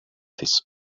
this